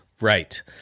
right